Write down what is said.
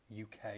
UK